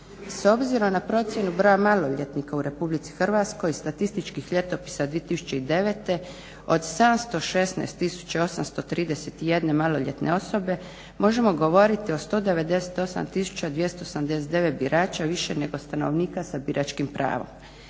S obzirom na procjenu broja maloljetnika u Republici Hrvatskoj statističkih ljetopisa 2009. od 716 831 maloljetne osobe možemo govorit o 198 279 birača više nego stanovnika sa biračkim pravom.